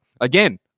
Again